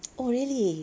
oh really